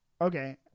Okay